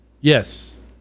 Yes